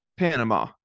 Panama